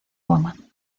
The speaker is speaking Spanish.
woman